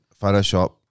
Photoshop